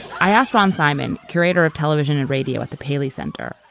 i asked ron simon, curator of television and radio at the paley center,